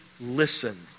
listen